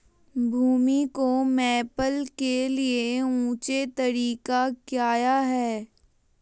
भूमि को मैपल के लिए ऊंचे तरीका काया है?